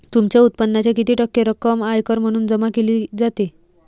तुमच्या उत्पन्नाच्या किती टक्के रक्कम आयकर म्हणून जमा केली जाते?